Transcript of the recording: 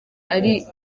ari